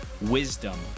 wisdom